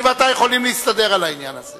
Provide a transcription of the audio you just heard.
אני ואתה יכולים להסתדר על העניין הזה